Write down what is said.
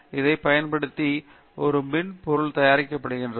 இதை பயன்படுத்தி புதிய மின் பொருள் தயாரிக்கப்படுகிறது